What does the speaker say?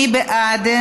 מי בעד?